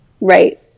Right